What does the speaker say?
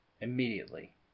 immediately